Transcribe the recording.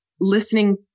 listening